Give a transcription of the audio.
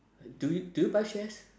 do you do you buy shares